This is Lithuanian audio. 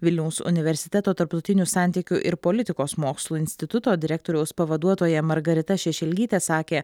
vilniaus universiteto tarptautinių santykių ir politikos mokslų instituto direktoriaus pavaduotoja margarita šešelgytė sakė